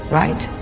right